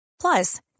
Plus